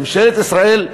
ממשלת ישראל,